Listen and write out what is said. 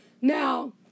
Now